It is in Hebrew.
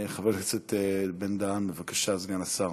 חבר הכנסת בן-דהן, בבקשה, סגן השר.